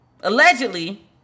allegedly